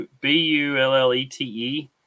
B-U-L-L-E-T-E